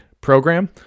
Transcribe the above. program